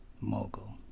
mogul